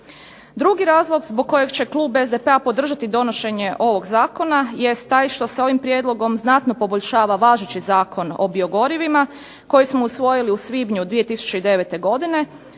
Drugi razlog zbog kojeg će klub SDP-a podržati donošenje ovog zakona jest taj što se ovim prijedlogom znatno poboljšava važeći Zakon o biogorivima koji smo usvojili u svibnju 2009. godine,